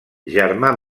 germà